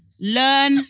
Learn